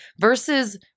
versus